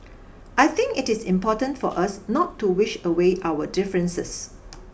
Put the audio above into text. I think it is important for us not to wish away our differences